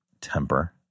temper